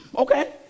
Okay